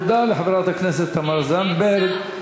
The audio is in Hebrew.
תודה לחברת הכנסת תמר זנדברג.